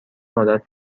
عادت